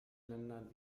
ländern